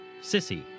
sissy